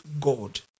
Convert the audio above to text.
God